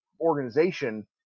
organization